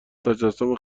تجسم